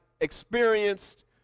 experienced